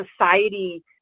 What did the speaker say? society